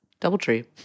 Doubletree